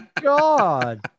god